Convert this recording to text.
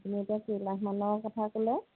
আপুনি এতিয়া কেইলাখমানৰ কথা ক'লে